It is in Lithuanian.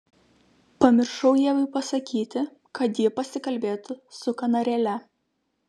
pamiršau ievai pasakyti kad ji pasikalbėtų su kanarėle